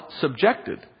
subjected